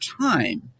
time